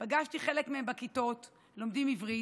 פגשתי חלק מהם בכיתות, לומדים עברית,